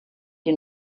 die